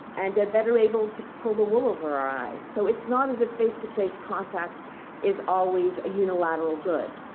and they're better able to pull the wool over our eyes. so it's not as a face-to-face contact is always a unilateral good.